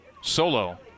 Solo